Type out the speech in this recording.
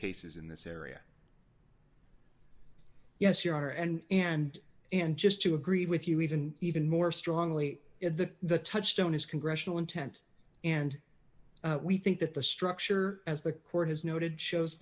cases in this area yes you are and and and just to agree with you even even more strongly that the touchstone is congressional intent and we think that the structure as the court has noted shows